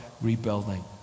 rebuilding